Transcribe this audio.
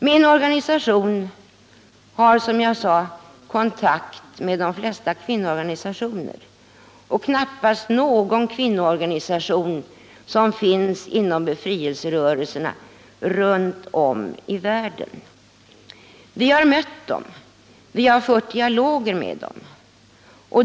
Min organisation har, som jag sagt, kontakt med de flesta kvinnoorganisationer och med så gott som alla sådana som finns inom befrielserörelserna runt om i världen. Vi har mött dem och vi har fört dialoger med dem.